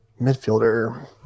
Midfielder